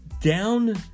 down